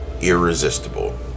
irresistible